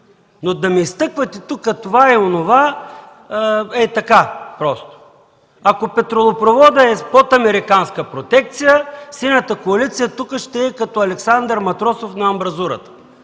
Да изтъквате обаче това и онова хей така, просто?! Ако петролопроводът е под американска протекция, Синята коалиция тук ще е като Александър Матросов на амбразурата,